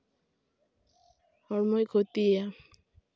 ᱦᱚᱲᱢᱚᱭ ᱠᱷᱚᱛᱤᱭᱟ